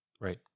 right